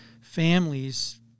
families